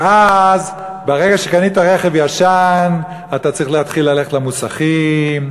ואז ברגע שקנית רכב ישן אתה צריך להתחיל ללכת למוסכים.